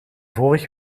vorig